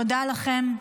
תודה לכן.